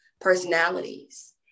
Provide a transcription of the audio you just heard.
personalities